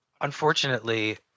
unfortunately